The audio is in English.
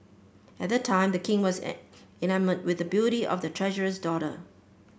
at that time the king was an enamoured with the beauty of the treasurer's daughter